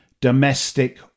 domestic